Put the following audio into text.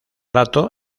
rato